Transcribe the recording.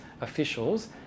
officials